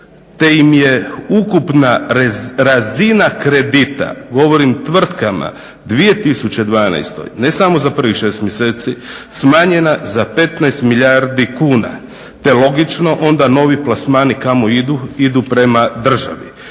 te im je ukupna razina kredita, govorim tvrtkama u 2012. ne samo za prvih 6 mjeseci smanjena za 15 milijardi kuna. Te logično onda novi plasmani kamo idu? Idu prema državi.